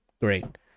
great